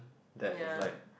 ya